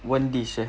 one dish eh